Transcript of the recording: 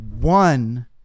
One